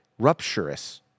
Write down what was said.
Rupturous